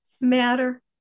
matter